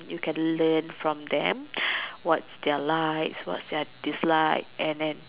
you can learn from them what's their like what's their dislike and then